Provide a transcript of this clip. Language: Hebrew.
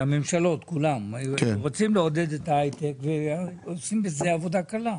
הממשלות כולם רוצים לעודד את ההייטק ועושים בזה עבודה קלה,